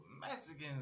Mexicans